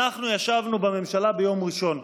אנחנו ישבנו בממשלה ביום ראשון.